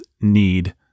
need